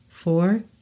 Four